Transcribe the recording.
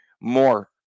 more